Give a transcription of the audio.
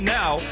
now